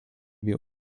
wir